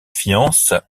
fiancent